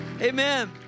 Amen